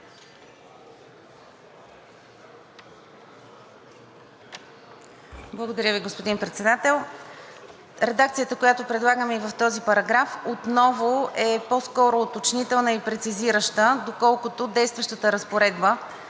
Благодаря Ви, господин Председател. Редакцията, която предлагаме и в този параграф, отново е по скоро уточнителна и прецизираща, доколкото действащата разпоредба